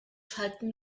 schalten